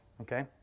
okay